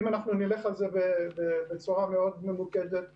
אם נלך על זה בצורה מאוד ממוקדת ורצינית,